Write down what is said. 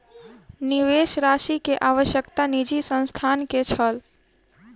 निवेश राशि के आवश्यकता निजी संस्थान के छल